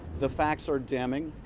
the facts are damming.